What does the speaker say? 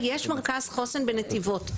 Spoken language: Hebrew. יש מרכז חוסן בנתיבות.